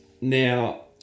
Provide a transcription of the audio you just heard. now